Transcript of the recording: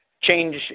change